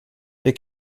wir